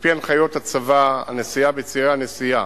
על-פי הנחיות הצבא, הנסיעה בצירי הנסיעה